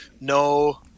No